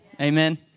Amen